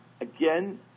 again